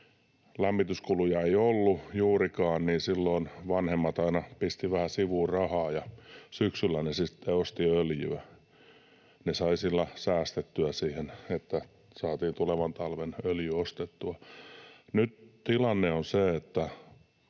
lämmityskuluja ei ollut juurikaan, vanhemmat aina pistivät vähän sivuun rahaa, ja syksyllä he sitten ostivat öljyä. He saivat sillä säästettyä siihen, että saatiin tulevan talven öljy ostettua. Nyt tilanne on se, että